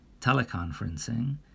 teleconferencing